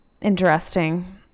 Interesting